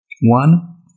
One